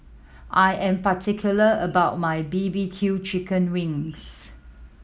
I am particular about my B B Q chicken wings